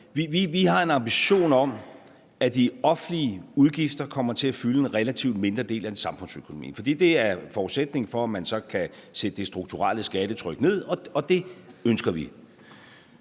Vi har en ambition om, at de offentlige udgifter kommer til at fylde en relativt mindre del af samfundsøkonomien, fordi det er en forudsætning for, at man så kan sætte det strukturelle skattetryk ned, og det ønsker vi.